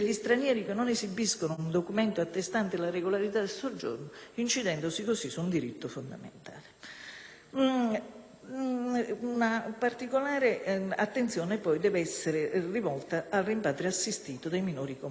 Una particolare attenzione poi deve essere rivolta al rimpatrio assistito dei minori comunitari, che si prostituiscono e quindi sono vittime di cui va invece favorita l'integrazione e la tutela.